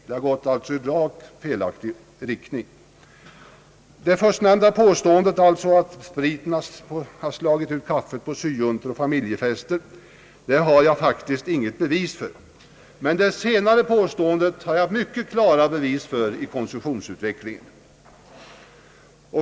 Det har alltså gått i rakt felaktig riktning. Påståendet att spriten har slagit ut kaffet på syjuntor och familjefester har jag inget bevis för, men det senare påståendet har jag mycket klara bevis för i konsumtionsstatistiken.